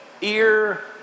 ear